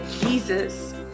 Jesus